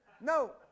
no